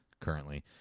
currently